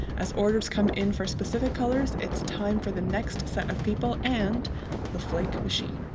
as orders come in for specific colors, it's time for the next set of people and the flake machine